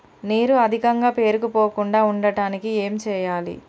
నీరు అధికంగా పేరుకుపోకుండా ఉండటానికి ఏం చేయాలి?